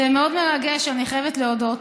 זה מאוד מרגש, אני חייבת להודות.